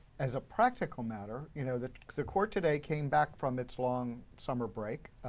as a practical matter, you know the the court today came back from its long summer break.